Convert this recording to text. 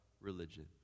religion